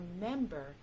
remember